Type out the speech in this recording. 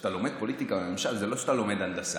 כשאתה לומד פוליטיקה וממשל זה לא שאתה לומד הנדסה.